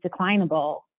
declinable